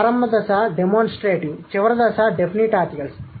ప్రారంభ దశ డెమోన్స్ట్రేటివ్ చివరి దశ డెఫినిట్ ఆర్టికల్స్